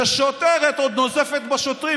ושוטרת עוד נוזפת בשוטרים,